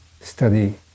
study